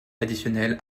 additionnel